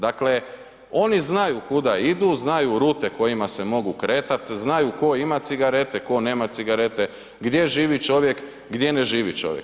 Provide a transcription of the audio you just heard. Dakle, oni znaju kuda idu, znaju rute kojima se mogu kretati, znaju tko ima cigarete, tko nema cigarete, gdje živi čovjek, gdje ne živi čovjek.